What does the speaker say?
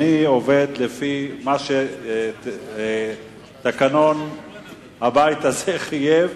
אני עובד לפי מה שתקנון הבית הזה מחייב,